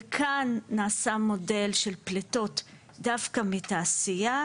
וכאן נעשה מודל של פליטות דווקא מתעשייה,